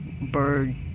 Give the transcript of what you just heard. bird